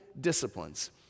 disciplines